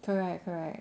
correct correct